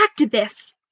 activist